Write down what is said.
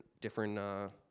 different